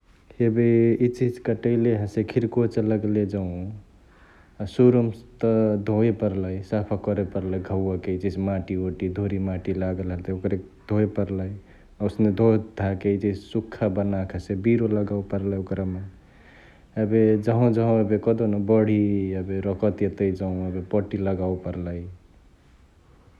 एबे इचहिची कटैले हसे खिर्कोच लगले जौं सुरुमा त धोय परलई, साफा करे परलई घौवाके इचिहिची माटिओटी धुरिमाटी लागल हतई ओकरेके धोए परलई । ओसने धोधाके इचिहिच सुख्खा बनके हसे बिरो लगावे परलई ओकरमा । एबे जँहवा जँहवा एबे कहदेउन बढी रकत एतई जौं एबे पट्टी लगवे परलई ।